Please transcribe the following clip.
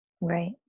Right